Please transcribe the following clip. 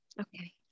okay